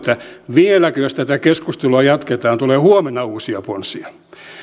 vieläkö jos tätä keskustelua jatketaan tulee huomenna uusia ponsia